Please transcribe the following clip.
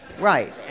Right